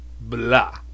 blah